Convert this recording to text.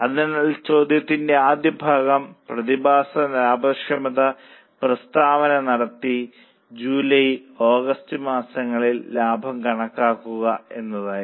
അതിനാൽ ചോദ്യത്തിന്റെ ആദ്യ ഭാഗം പ്രതിമാസ ലാഭക്ഷമത പ്രസ്താവന നടത്തി ജൂലൈ ഓഗസ്റ്റ് മാസങ്ങളിലെ ലാഭം കണക്കാക്കുക എന്നതായിരുന്നു